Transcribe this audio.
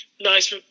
nice